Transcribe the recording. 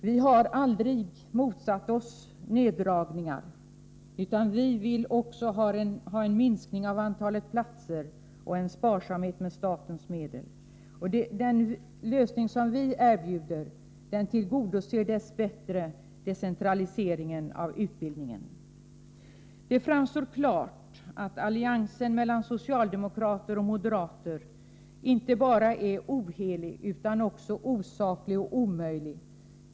Vi har aldrig motsatt oss neddragningar. Också vi vill ha en minskning av antalet platser och en sparsamhet med statens medel. Den lösning som vi erbjuder tillgodoser dess bättre decentraliseringen av utbildningen. Det framstår klart att alliansen mellan socialdemokrater och moderater är inte bara ohelig utan också osaklig och omöjlig.